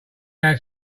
had